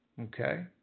Okay